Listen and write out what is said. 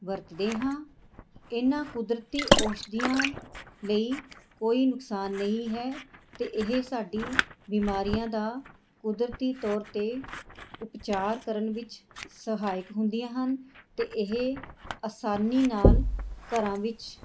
ਵਰਤਦੇ ਹਾਂ ਇਹਨਾਂ ਕੁਦਰਤੀ ਔਸ਼ਦੀਆਂ ਲਈ ਕੋਈ ਨੁਕਸਾਨ ਨਹੀਂ ਹੈ ਅਤੇ ਇਹ ਸਾਡੀ ਬਿਮਾਰੀਆਂ ਦਾ ਕੁਦਰਤੀ ਤੌਰ 'ਤੇ ਉਪਚਾਰ ਕਰਨ ਵਿੱਚ ਸਹਾਇਕ ਹੁੰਦੀਆਂ ਹਨ ਅਤੇ ਇਹ ਆਸਾਨੀ ਨਾਲ ਘਰਾਂ ਵਿੱਚ